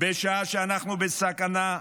בשעה שאנחנו בסכנה,